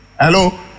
Hello